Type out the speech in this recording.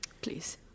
Please